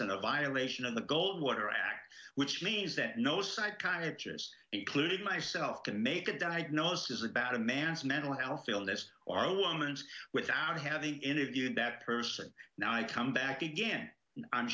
a violation of the goldwater act which means that no psychiatry has including myself can make a diagnosis about a man's mental health field as or a woman's without having interviewed that person now i come back again i'm